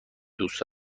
دوست